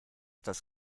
das